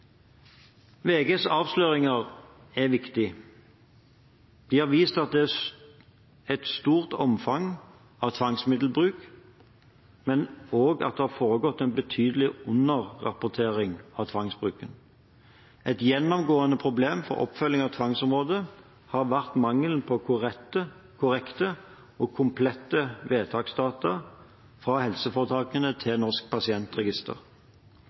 VGs avsløringer er viktige. De har vist at det er et stort omfang av tvangsmiddelbruk, men også at det har foregått en betydelig underrapportering av tvangsbruken. Et gjennomgående problem for oppfølgingen av tvangsområdet har vært mangelen på korrekte og komplette vedtaksdata fra helseforetakene til Norsk pasientregister.